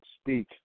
speak